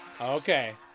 Okay